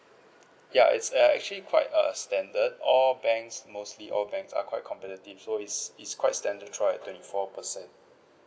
ya it's err actually quite a standard all banks mostly all banks are quite competitive so it's it's quite standard throughout twenty four percent